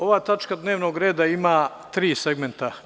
Ova tačka dnevnog reda ima tri segmenta.